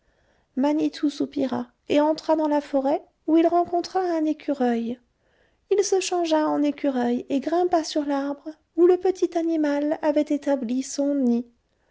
manitou soupira et entra dans la forêt où il rencontra un écureuil il se changea en écureuil et grimpa sur l'arbre où le petit animal avait établi son nid